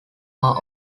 are